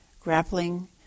grappling